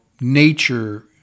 nature